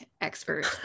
expert